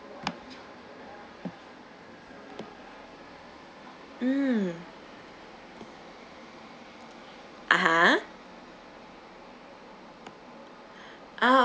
ah mm (uh huh) ah